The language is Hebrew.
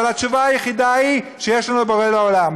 אבל התשובה היחידה היא שיש לנו בורא לעולם.